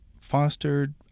fostered